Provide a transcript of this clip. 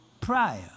prior